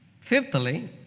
Fifthly